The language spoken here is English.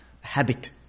habit